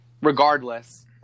regardless